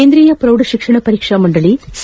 ಕೇಂದ್ರೀಯ ಪ್ರೌಢ ತಿಕ್ಷಣ ಪರೀಕ್ಷಾ ಮಂಡಳಿ ಸಿ